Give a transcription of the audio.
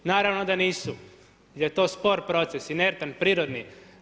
Naravno da nisu jer je to spor proces, inertan, prirodni.